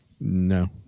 No